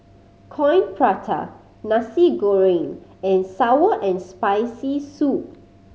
Coin Prata Nasi Goreng and sour and Spicy Soup